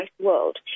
world